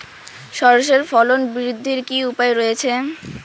সর্ষের ফলন বৃদ্ধির কি উপায় রয়েছে?